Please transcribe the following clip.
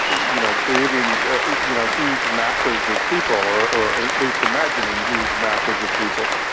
you know creating you know huge masses of people or or at least imagining huge masses of people.